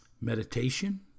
meditation